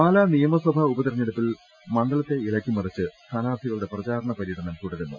പാലാ നിയമസഭാ ഉപതിരഞ്ഞെടുപ്പിൽ മണ്ഡലത്തെ ഇളക്കിമറിച്ച് സ്ഥാനാർത്ഥികളുടെ പ്രചരണ പര്യടനം തുടരുന്നു